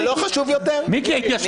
מיקי?